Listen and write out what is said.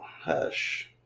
hush